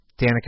Danica